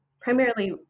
primarily